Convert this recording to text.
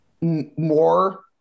more